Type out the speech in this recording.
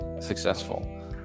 successful